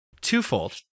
twofold